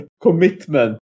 commitment